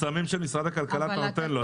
בשמים של משרד הכלכלה אתה נותן לו.